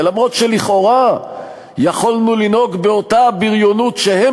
אף שלכאורה יכולנו לנהוג באותה בריונות שהם